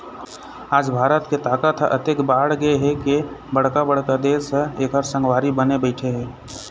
आज भारत के ताकत ह अतेक बाढ़गे हे के बड़का बड़का देश ह एखर संगवारी बने बइठे हे